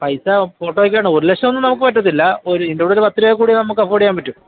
പൈസ ഫോട്ടോയ്ക്കാണോ ഒരു ലക്ഷം ഒന്നും നമുക്ക് പറ്റത്തില്ല ഒരു ഇരുപത് പത്ത് രൂപയൊക്കെ കൂടിയ നമുക്ക് അഫോർഡ് ചെയ്യാൻ പറ്റും